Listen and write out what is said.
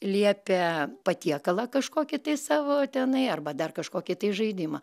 liepia patiekalą kažkokį tai savo tenai arba dar kažkokį tai žaidimą